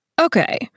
Okay